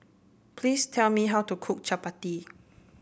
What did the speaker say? please tell me how to cook Chappati